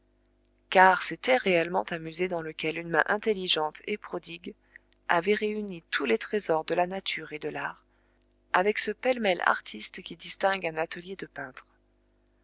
car c'était réellement un musée dans lequel une main intelligente et prodigue avait réuni tous les trésors de la nature et de l'art avec ce pêle-mêle artiste qui distingue un atelier de peintre